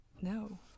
No